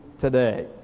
today